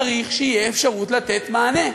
צריך שתהיה אפשרות לתת מענה.